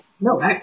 no